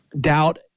doubt